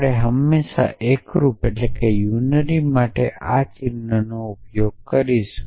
આપણે હંમેશાં એકરૂપ માટે આ ચિન્હનો ઉપયોગ કરીશું